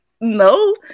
no